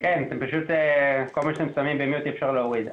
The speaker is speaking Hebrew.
אתה איתנו?